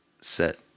set